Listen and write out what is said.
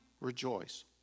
rejoice